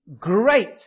great